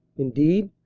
indeed,